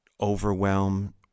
overwhelm